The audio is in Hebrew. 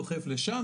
דוחף לשם,